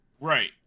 Right